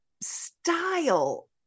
style